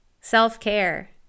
self-care